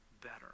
better